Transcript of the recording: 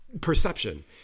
perception